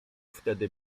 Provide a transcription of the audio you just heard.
wtedy